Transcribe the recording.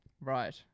Right